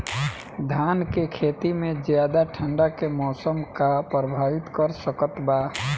धान के खेती में ज्यादा ठंडा के मौसम का प्रभावित कर सकता बा?